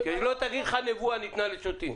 -- שהיא לא תגיד לך שהנבואה ניתנה לשוטים.